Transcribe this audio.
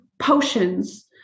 potions